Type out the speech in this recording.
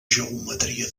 geometria